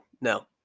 No